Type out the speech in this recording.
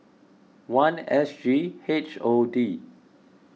one S G H O D